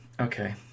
Okay